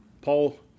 paul